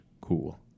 cool